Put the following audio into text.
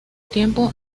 tiempo